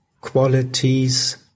qualities